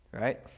right